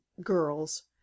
girls